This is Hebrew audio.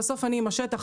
בסוף אני עם השטח,